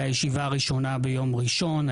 הישיבה הראשונה ביום ראשון,